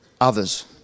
others